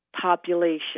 population